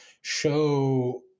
show